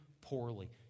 poorly